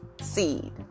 seed